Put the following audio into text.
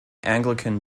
anglican